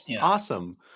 Awesome